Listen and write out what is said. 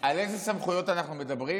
על איזה סמכויות אנחנו מדברים?